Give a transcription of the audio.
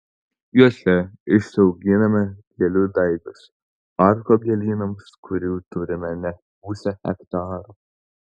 juose išsiauginame gėlių daigus parko gėlynams kurių turime net pusę hektaro